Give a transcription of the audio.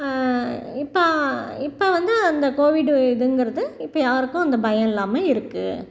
இப்போ இப்போ வந்து அந்த கோவிடு இதுங்கிறது இப்போ யாருக்கும் அந்த பயம் இல்லாமல் இருக்குது